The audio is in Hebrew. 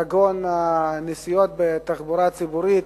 כגון הנחה בנסיעות בתחבורה ציבורית,